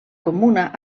comuna